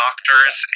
Doctors